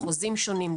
חוזים שונים,